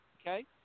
Okay